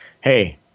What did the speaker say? Hey